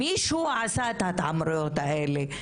מישהו עשה את ההתעמרויות האלה.